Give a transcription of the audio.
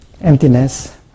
Emptiness